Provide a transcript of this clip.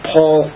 Paul